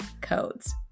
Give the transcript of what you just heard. codes